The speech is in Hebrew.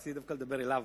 רציתי דווקא לדבר אליו,